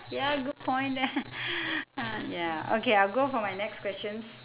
ya good point there ah ya okay I'll go for my next questions